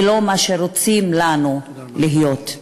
ולא מה שרוצים מאתנו להיות.